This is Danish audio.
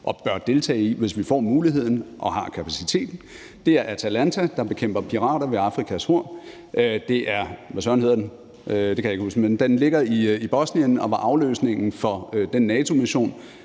og bør deltage i, hvis vi får muligheden og har kapaciteten, er »Atalanta«, der bekæmper pirater ved Afrikas Horn, det er – hvad søren hedder den, det kan jeg ikke huske – den, der ligger i Bosnien og var afløsningen for den NATO-mission,